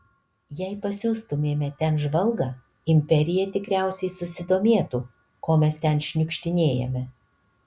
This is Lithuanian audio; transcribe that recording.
jei pasiųstumėme ten žvalgą imperija tikriausiai susidomėtų ko mes ten šniukštinėjame